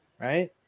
right